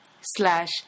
Slash